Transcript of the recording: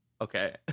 Okay